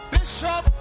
Bishop